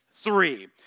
three